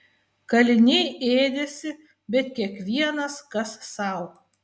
kaliniai ėdėsi bet kiekvienas kas sau